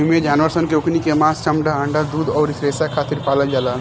एइमे जानवर सन के ओकनी के मांस, चमड़ा, अंडा, दूध अउरी रेसा खातिर पालल जाला